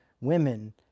women